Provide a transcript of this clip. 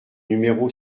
numéro